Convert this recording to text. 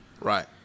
Right